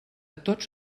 tots